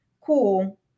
Cool